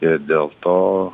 ir dėl to